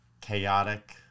chaotic